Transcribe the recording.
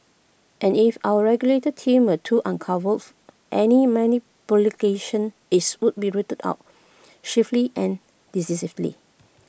and if our regulatory team were to uncovers any many is would be rooted out swiftly and decisively